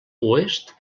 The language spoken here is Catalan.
oest